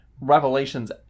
revelations